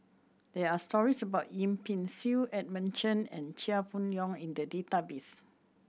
there are stories about Yip Pin Xiu Edmund Chen and Chia Boon Leong in the database